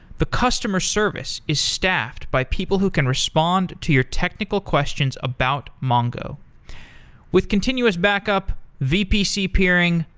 the customer service is staffed by people who can respond to your technical questions about mongo with continuous backup, vpc peering,